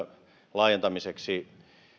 laajentamiseksi